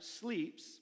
sleeps